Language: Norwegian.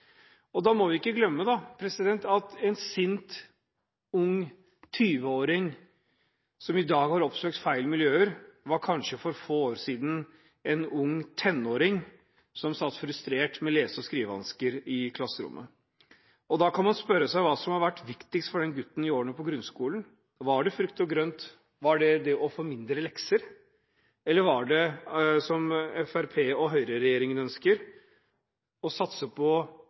dag har oppsøkt feil miljø, kanskje for få år siden var en ung tenåring som satt frustrert med lese- og skrivevansker i klasserommet. Da kan man spørre seg hva som har vært viktigst for den gutten i årene i grunnskolen: Var det frukt og grønt, var det det å få mindre lekser, eller var det, som Høyre–Fremskrittsparti-regjeringen ønsker, å satse på